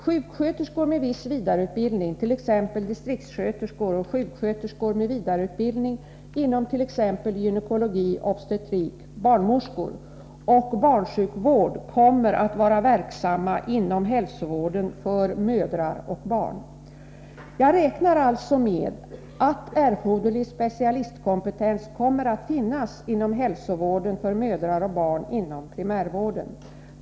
Sjuksköterskor med viss vidareutbildning, t.ex. distriktssköterskor och sjuksköterskor med vidareutbildning inom t.ex. gynekologi/obstetrik och barnsjukvård, kommer att vara verksamma inom hälsovården för mödrar och barn. Jag räknar alltså med att erforderlig specialistkompetens kommer att finnas inom hälsovården för mödrar och barn inom primärvården.